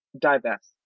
Divest